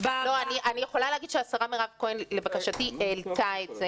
אני יכולה לומר שהשרה מירב כהן לבקשתי העלתה את זה